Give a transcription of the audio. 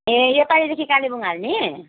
ए योपालिदेखि कालेबुङ हाल्ने